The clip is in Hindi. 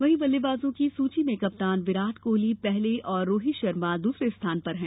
वहीं बल्लेबाजों की सूची में कप्तान विराट कोहली पहले और रोहित शर्मा दूसरे स्थान पर हैं